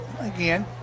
again